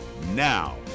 now